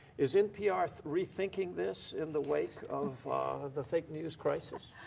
is npr rethinking this in the wake of the fake news crisis?